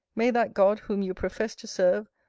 may that god, whom you profess to serve,